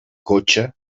cotxe